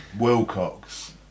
Wilcox